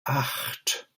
acht